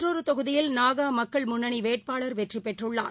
மற்றொருதொகுதியில் நாகாமக்கள் முன்னணிவேட்பாளர் வெற்றிபெற்றுள்ளார்